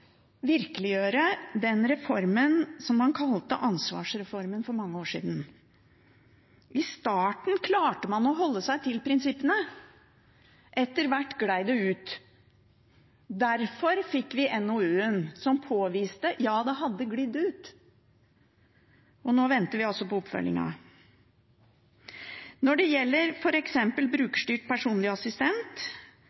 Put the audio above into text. virkeliggjøre den reformen som man for mange år siden kalte «ansvarsreformen». I starten klarte man å holde seg til prinsippene. Etter hvert skled det ut. Derfor fikk vi NOU-en som påviste at det hadde sklidd ut, og nå venter vi altså på oppfølgingen. Når det gjelder